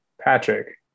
Patrick